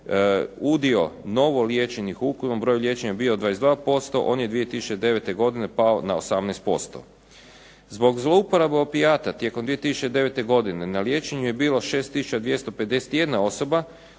udio novo liječenih u ukupnom broju liječenja bio 22% on je 2009. godine pao na 18%. Zbog zlouporabe opijata tijekom 2009. godine na liječenju je bilo 6 tisuća